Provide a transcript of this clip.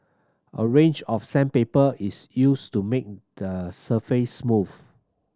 a range of sandpaper is used to make the surface smooth